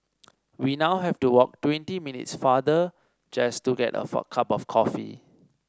we now have to walk twenty minutes farther just to get of a cup of coffee